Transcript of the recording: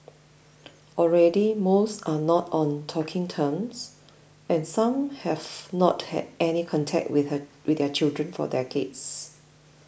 already most are not on talking terms and some have not had any contact with their children for decades